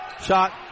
Shot